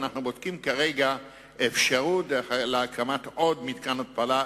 ואנחנו בודקים כרגע אפשרות להקים עוד מתקן התפלה,